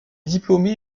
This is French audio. diplômé